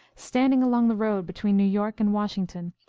standing along the road between new york and washington,